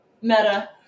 Meta